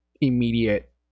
immediate